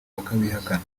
bakabihakana